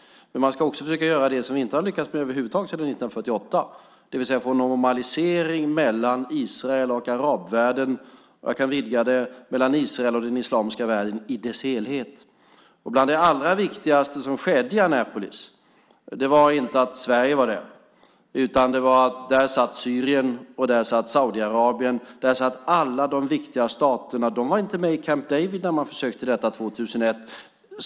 Men man ska också försöka göra det vi inte har lyckats med över huvud taget sedan 1948, det vill säga få en normalisering mellan Israel och arabvärlden, och om vi vidgar detta, mellan Israel och den islamiska världen i dess helhet. Det viktigaste i Annapolis var inte att Sverige var där, utan det var att där satt Syrien, och där satt Saudiarabien. Där satt alla de viktiga staterna. De var inte med i Camp David 2001.